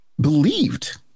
believed